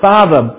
Father